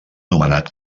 nomenat